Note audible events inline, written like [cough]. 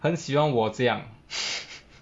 很喜欢我这样 [laughs]